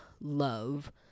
love